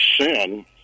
sin